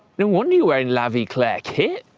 no wonder you're wearing la vie claire kit.